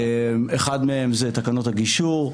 אחד מהם זה תקנות הגישור,